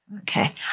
Okay